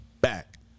back